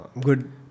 good